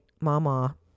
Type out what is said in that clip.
Mama